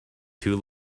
two